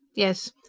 yes.